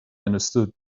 understood